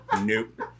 Nope